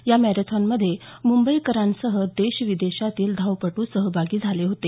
या मॅरेथॉनमध्ये म्रंबईकरांसह देश विदेशातील धावपट्र सहभागी झाले होते